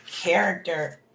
character